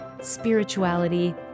spirituality